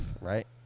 right